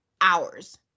hours